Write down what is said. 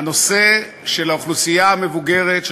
הנושא של האוכלוסייה המבוגרת,